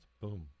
Boom